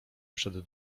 przed